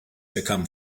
become